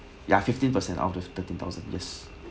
ya fifteen percent out of the thirteen thousand yes